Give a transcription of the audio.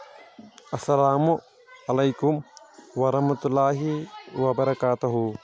اَسَلامُ علیکُم وَرحمتُہ اللہِ وَبَرَکاتہُ